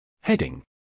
Heading